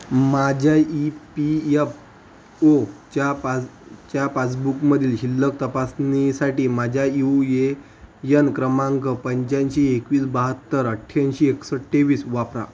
माझ्या E P F ओच्या पास च्या पासबुकमधील शिल्लक तपासणीसाठी माझ्या यू ए एन क्रमांक पंच्याऐंशी एकवीस बहात्तर अठ्ठ्याऐंशी एकसष्ट तेवीस वापरा